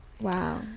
Wow